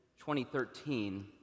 2013